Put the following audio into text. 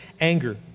anger